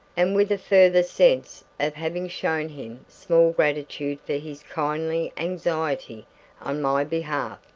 and with a further sense of having shown him small gratitude for his kindly anxiety on my behalf.